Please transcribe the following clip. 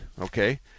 Okay